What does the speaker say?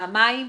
פעמיים,